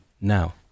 now